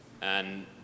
And-